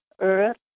Earth